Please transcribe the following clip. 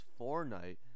Fortnite